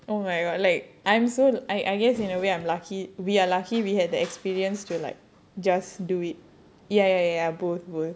oh my god like I'm so I I guess in a way I'm lucky we are lucky we had the experience to like just do it ya ya ya both both